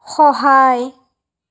সহায়